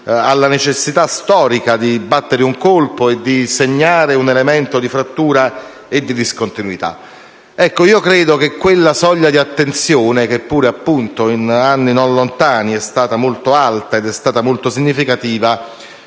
alla necessità storica di battere un colpo e di segnare un elemento di frattura e di discontinuità. Credo che quella soglia di attenzione, che pure in anni non lontani è stata molto alta e significativa,